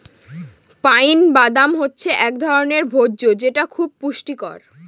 pine বাদাম হচ্ছে এক ধরনের ভোজ্য যেটা খুব পুষ্টিকর